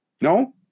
No